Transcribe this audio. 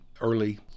early